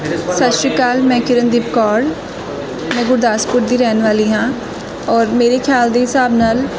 ਸਤਿ ਸ਼੍ਰੀ ਅਕਾਲ ਮੈਂ ਕਿਰਨਦੀਪ ਕੌਰ ਮੈਂ ਗੁਰਦਾਸਪੁਰ ਦੀ ਰਹਿਣ ਵਾਲੀ ਹਾਂ ਔਰ ਮੇਰੇ ਖਿਆਲ ਦੇ ਹਿਸਾਬ ਨਾਲ